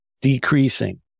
decreasing